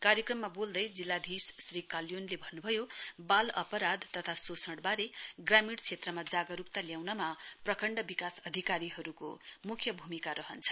कार्यक्रममा बोल्दै जिल्लाधीश श्री काल्योणले भन्न भयो बाल अपराध तथा शोषणबारे ग्रामीण क्षेत्रमा जागरूकता ल्याउनमा प्रखण्ड विकास अधिकारीहरूको मुख्य भूमिका रहन्छ